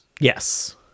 Yes